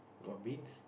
got beans